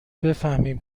بفهمیم